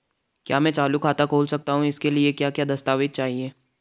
क्या मैं चालू खाता खोल सकता हूँ इसके लिए क्या क्या दस्तावेज़ चाहिए?